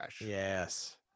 yes